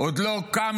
עוד לא הקמנו,